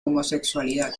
homosexualidad